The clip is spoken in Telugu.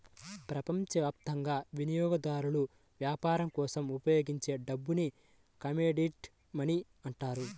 ప్రపంచవ్యాప్తంగా వినియోగదారులు వ్యాపారం కోసం ఉపయోగించే డబ్బుని కమోడిటీ మనీ అంటారు